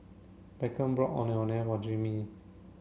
Beckham bought Ondeh Ondeh for Jazmine